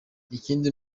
ikindi